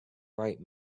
bright